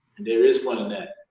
there is fun in that,